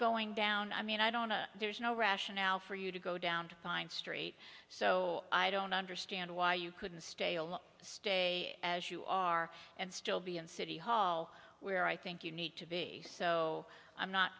going down i mean i don't there's no rationale for you to go down to pine street so i don't understand why you couldn't stay stay as you are and still be in city hall where i think you need to be so i'm not